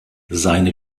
seine